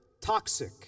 toxic